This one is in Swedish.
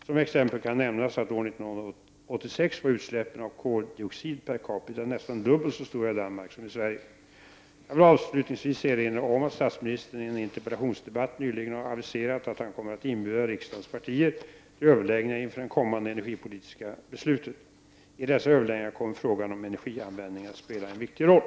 Som exempel kan nämnas att år 1986 var utsläppen av koldioxid per capita nästan dubbelt så stora i Danmark som i Sverige. Jag vill avslutningsvis erinra om att statsministern i en interpellationsdebatt nyligen har aviserat att han kommer att inbjuda riksdagens partier till överläggningar inför det kommande energipolitiska beslutet. I dessa överläggningar kommer frågan om energianvändningen att spela en viktig roll.